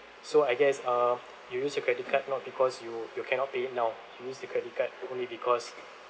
so I guess uh you use your credit card not because you you cannot pay now you use the credit card only because